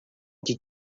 ket